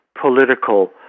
political